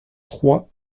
trois